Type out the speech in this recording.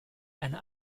eine